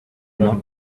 not